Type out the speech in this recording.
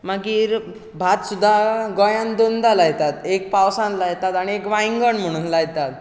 मागीर भात सुद्दां गोंयांत दोनदां लायतात एक पावसांत लायतात आनी एक वांयगण म्हणून लायतात